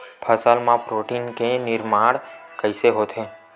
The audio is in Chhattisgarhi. फसल मा प्रोटीन के निर्माण कइसे होथे?